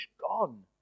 Gone